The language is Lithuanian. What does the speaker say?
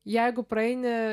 jeigu praeini